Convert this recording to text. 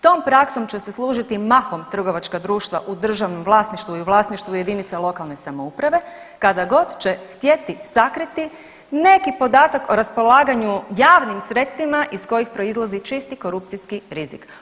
Tom praksom će se služiti mahom trgovačka društva u državnom vlasništvu i u vlasništvu jedinice lokalne samouprave kada god će htjeti sakriti neki podatak o raspolaganju javnim sredstvima iz kojih proizlazi čisti korupcijski rizik.